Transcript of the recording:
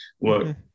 work